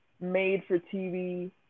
made-for-TV